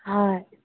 ꯍꯣꯏ